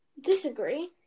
Disagree